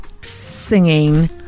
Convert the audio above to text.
singing